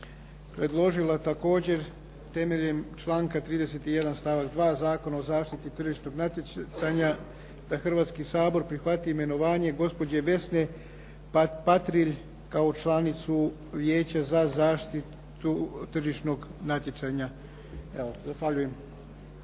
predložila također temeljem članka 31. stavak 2. Zakona o zaštiti tržišnog natjecanja da Hrvatski sabor prihvati imenovanje gospođe Vesne Patrilj kao članicu Vijeća za zaštitu tržišnog natjecanja. Zahvaljujem.